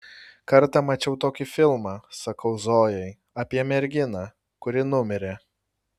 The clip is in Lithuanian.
kartą mačiau tokį filmą sakau zojai apie merginą kuri numirė